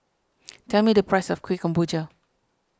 tell me the price of Kueh Kemboja